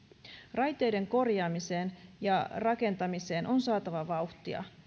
raiteiden korjaamiseen ja rakentamiseen on saatava vauhtia